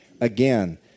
again